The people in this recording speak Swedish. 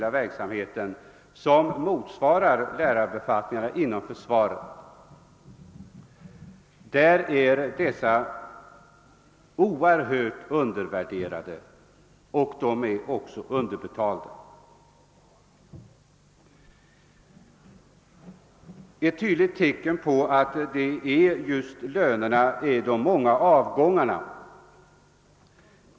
I förhållande till lärarbefattningarna i det civila är befattningarna inom försvaret oerhört undervärderade och underbetalda. Ett tydligt tecken på att det just är lönerna som är problemet är de många avgångarna.